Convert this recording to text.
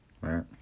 right